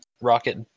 Rocket